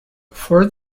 before